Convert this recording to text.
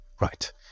Right